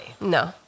No